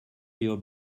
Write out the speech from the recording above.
your